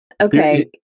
Okay